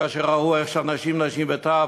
כאשר ראו איך שאנשים, נשים וטף,